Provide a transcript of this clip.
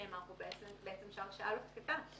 נאמר כאן שההרשאה בעצם לא תקפה.